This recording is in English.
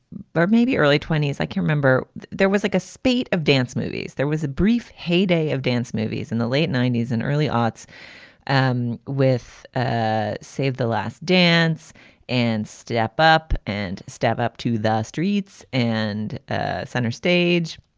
but maybe early twenty s. i can remember there was like a spate of dance movies. there was a brief heyday of dance movies in the late ninety s and early aughts with ah save the last dance and step up and step up to the streets and ah center stage.